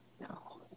No